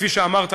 כפי שאמרת,